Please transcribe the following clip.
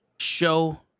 show